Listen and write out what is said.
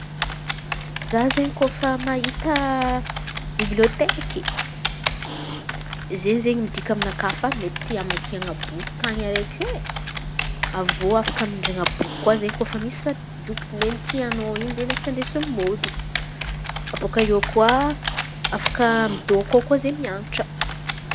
Za izen̈y kôfa mahita bibliôteky izen̈y izen̈y midika aminakà fa mety hamakian̈a boky tan̈y araiky io e. Avy eo afaka mindran̈a boky kôfa misy tian̈ô in̈y afaky andesy mody bôaka eo koa afaka midôko ao koa izen̈y mianatra.